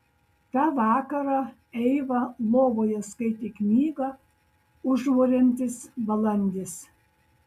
tą vakarą eiva lovoje skaitė knygą užburiantis balandis